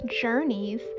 journeys